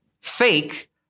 fake